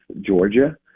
Georgia